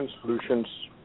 solutions